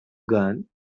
gone